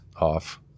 off